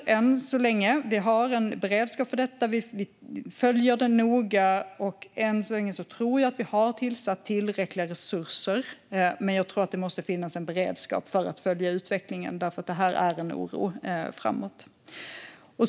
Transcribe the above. Än så länge har vi en beredskap för detta. Vi följer det noga, och än så länge tror jag att vi har tillsatt tillräckliga resurser. Men jag tror att det måste finnas en beredskap för att följa utvecklingen, för det här är en oro framåt.